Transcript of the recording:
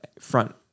front